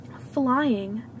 flying